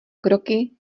kroky